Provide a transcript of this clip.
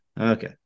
Okay